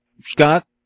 Scott